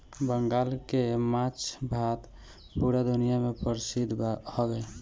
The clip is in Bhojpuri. बंगाल के माछ भात पूरा दुनिया में परसिद्ध हवे